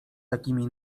takimi